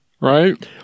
right